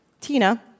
Tina